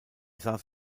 saß